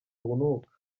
urunuka